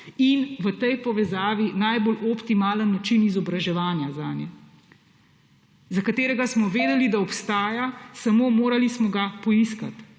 In v tej povezavi najbolj optimalen način izobraževanja zanje, za katerega smo vedeli, da obstaja, samo morali smo ga poiskati,